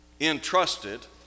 entrusted